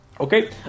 Okay